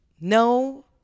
No